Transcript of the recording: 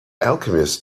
alchemist